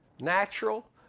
natural